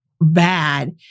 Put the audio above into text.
bad